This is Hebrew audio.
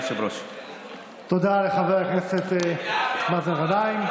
תודה לחבר הכנסת מאזן גנאים.